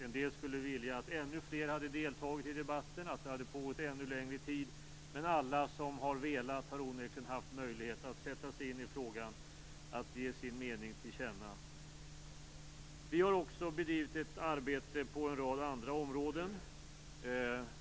En del skulle vilja att ännu fler hade deltagit i debatten, att det hade pågått ännu längre tid, men alla som har velat har onekligen haft möjlighet att sätta sig in i frågan och ge sin mening till känna. Vi har också bedrivit ett arbete på en rad andra områden.